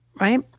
right